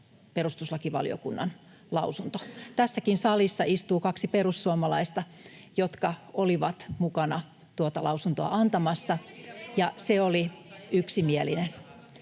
perustuslakivaliokunnan lausunto oli yksimielinen. Tässäkin salissa istuu kaksi perussuomalaista, jotka olivat mukana tuota lausuntoa antamassa, [Välihuutoja